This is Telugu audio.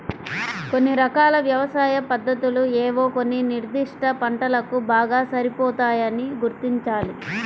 కొన్ని రకాల వ్యవసాయ పద్ధతులు ఏవో కొన్ని నిర్దిష్ట పంటలకు బాగా సరిపోతాయని గుర్తించాలి